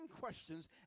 questions